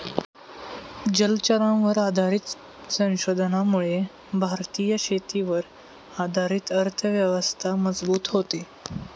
जलचरांवर आधारित संशोधनामुळे भारतीय शेतीवर आधारित अर्थव्यवस्था मजबूत होते